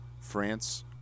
France